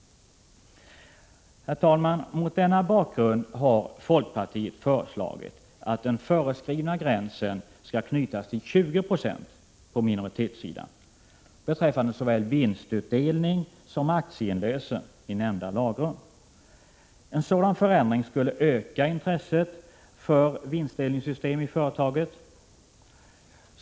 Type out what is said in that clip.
Herr talman! Mot denna bakgrund har folkpartiet föreslagit att den föreskrivna gränsen skall knytas till 20 20 på minoritetssidan beträffande såväl vinstutdelning som aktieinlösen i nämnda lagrum. En sådan förändring skulle öka intresset för vinstdelningssystem i företagen.